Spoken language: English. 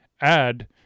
add